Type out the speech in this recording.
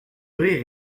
rire